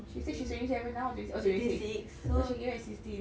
she say she's twenty seven now or twenty six oh twenty six so she gave birth at sixteen